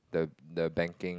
the the banking